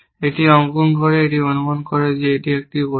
এটি অঙ্কন করে একটি অনুমান করে যে এটি একটি কঠিন